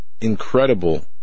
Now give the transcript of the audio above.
incredible